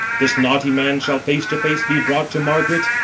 this naughty man shall face to face be brought to margaret,